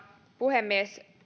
puhemies